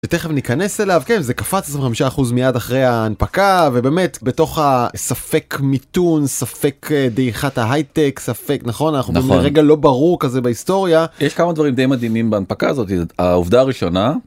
תיכף ניכנס אליו... כן זה קפץ 25 אחוז מיד אחרי ההנפקה... ובאמת, בתוך הספק מיתון, ספק דעיכת ההייטק... נכון אנחנו ברגע לא ברור כזה בהיסטוריה יש כמה דברים די מדהימים בהנפקה הזאת. העובדה הראשונה,